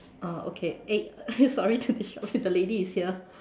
ah okay eh eh sorry to disrupt you the lady is here